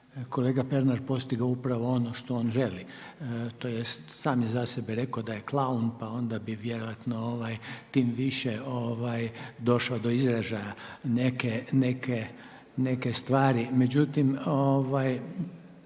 ali time bi postigao upravo ono što on želi tj. sam je za sebe rekao da je klaun pa onda bi vjerojatno tim više došao do izražaja neke stvari. Međutim,